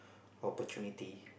opportunity